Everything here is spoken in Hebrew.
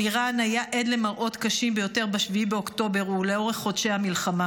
אלירן היה עד למראות קשים ביותר ב-7 באוקטובר ולאורך חודשי המלחמה.